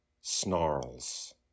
snarls